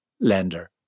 lender